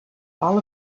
ball